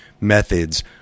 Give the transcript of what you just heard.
methods